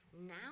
now